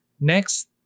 Next